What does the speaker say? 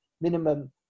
minimum